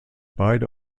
beide